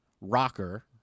Rocker